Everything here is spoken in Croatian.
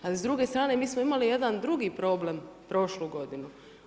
Ali s druge strane mi smo imali jedan drugi problem prošlu godinu.